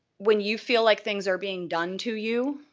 when you feel like things are being done to you,